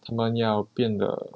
他们要变得